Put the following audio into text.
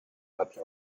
pioggia